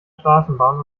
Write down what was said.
straßenbahn